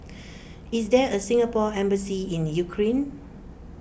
is there a Singapore Embassy in Ukraine